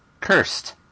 cursed